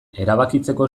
erabakitzeko